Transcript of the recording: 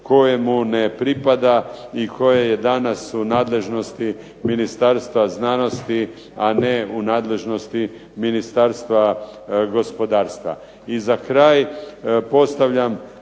koje mu ne pripada i koje je danas u nadležnosti Ministarstva znanosti, a ne u nadležnosti Ministarstva gospodarstva.